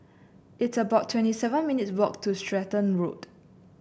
it's about twenty seven minutes' walk to Stratton Road